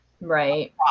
right